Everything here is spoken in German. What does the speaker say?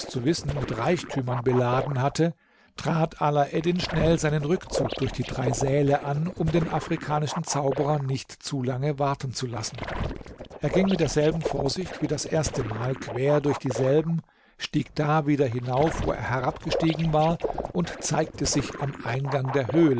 zu wissen mit reichtümern beladen hatte trat alaeddin schnell seinen rückzug durch die drei säle an um den afrikanischen zauberer nicht zu lange warten zu lassen er ging mit derselben vorsicht wie das erste mal quer durch dieselben stieg da wieder hinauf wo er herabgestiegen war und zeigte sich am eingang der höhle